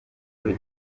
kuri